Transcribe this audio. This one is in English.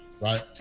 right